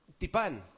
tipan